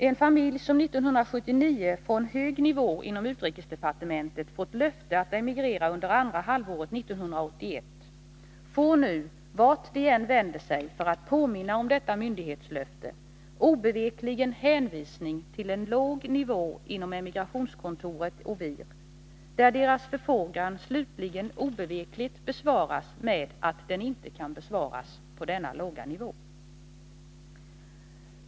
En familj som 1979 från hög nivå i utrikesdepartementet fått löfte att emigrera under andra halvåret 1981 får nu, vart de än vänder sig för att påminna om detta myndighetslöfte, obevekligen hänvisning till en låg nivå inom emigrationskontoret, OVIR, där deras förfrågan slutligen obevekligt besvaras med att den inte kan behandlas på denna låga nivå.